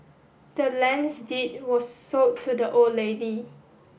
the land's deed was sold to the old lady